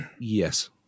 yes